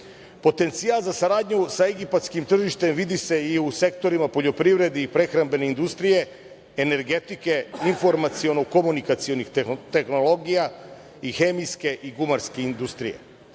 so. Potencijal za saradnju sa egipatskim tržištem vidi se i u sektorima poljoprivrede i prehrambene industrije, energetike, informaciono-komunikacionih tehnologija i hemijske i gumarske industrije. Potencijal